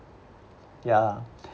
ya